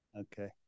Okay